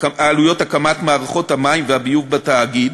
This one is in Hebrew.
הקמת מערכות המים והביוב בתאגיד,